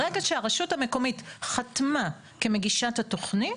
ברגע שהרשות המקומית חתמה כמגישת התוכנית.